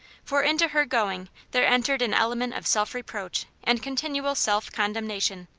for into her going there entered an element of self-reproach and continual self-condemnation.